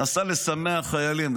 נסע לשמח חיילים.